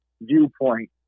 viewpoint